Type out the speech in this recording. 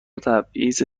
تبعیض